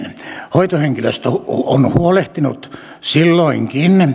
hoitohenkilöstö on huolehtinut silloinkin